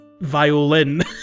Violin